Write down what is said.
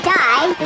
die